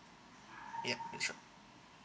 yeah sure